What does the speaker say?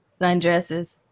sundresses